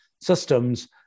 systems